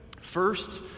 First